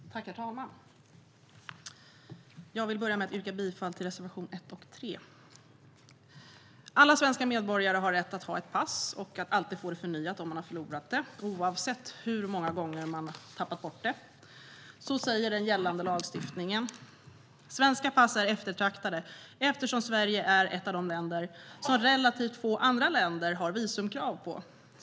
Herr talman! Jag vill börja med att yrka bifall till reservationerna 1 och 3. Alla svenska medborgare har rätt att ha ett pass och att alltid få det förnyat om de förlorat det - det gäller oavsett hur många gånger man har tappat bort det. Så säger den gällande lagstiftningen. Svenska pass är eftertraktade, eftersom Sverige är ett av de länder som relativt få länder har visumkrav på.